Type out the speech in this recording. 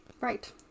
Right